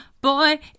boy